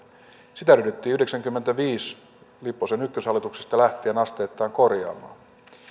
sitä ryhdyttiin yhdeksänkymmenenviiden lipposen ykköshallituksesta lähtien asteittain korjaamaan